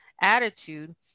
attitude